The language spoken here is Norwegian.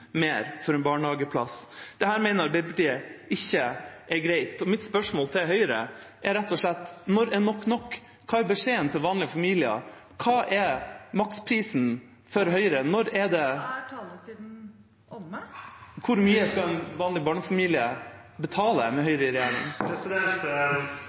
mer for en barnehageplass. Dette mener Arbeiderpartiet ikke er greit. Mitt spørsmål til Høyre er rett og slett: Når er nok nok? Hva er beskjeden til vanlige familier? Hva er maksprisen for Høyre? Hvor mye skal en vanlig barnefamilie betale med